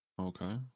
Okay